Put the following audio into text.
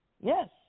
yes